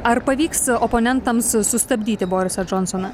ar pavyks oponentams sustabdyti borisą džonsoną